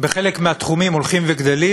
בחלק מהתחומים הולך וגדל,